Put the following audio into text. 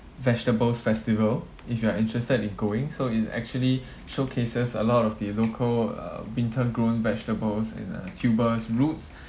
vegetables festival if you are interested in going so it's actually showcases a lot of the local uh winter grown vegetables and uh tubers roots